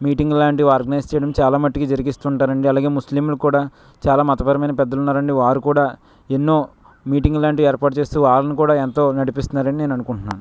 meeting లాంటివి organise చేయడం చాలా మటుకు జరిగిస్తుంటారండి అండి అలాగే ముస్లింలు కూడా చాలా మతపరమైన పెద్దలు ఉన్నారని వారు కూడా ఎన్నో మీటింగ్ లాంటి ఏర్పాటు చేస్తే వాళ్లను కూడా ఎంతో నడిపిస్తున్నారని నేను అనుకుంటున్నాను